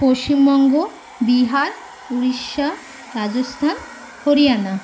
Paschimbanga Bihar Orissa Rajasthan Haryana